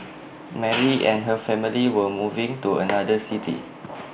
Mary and her family were moving to another city